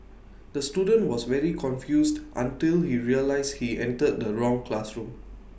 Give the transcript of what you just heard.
the student was very confused until he realised he entered the wrong classroom